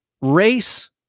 race